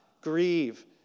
grieve